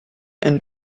and